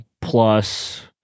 plus